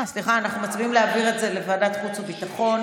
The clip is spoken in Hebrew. ומציעים להעביר את זה לוועדת חוץ וביטחון,